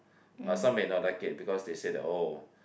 but some may not like it because they say that oh